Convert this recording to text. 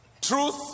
Truth